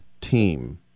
team